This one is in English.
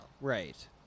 Right